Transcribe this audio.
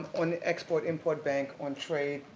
on export import bank on trade,